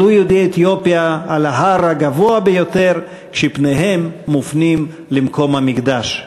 עלו יהודי אתיופיה על ההר הגבוה ביותר כשפניהם מופנים למקום המקדש.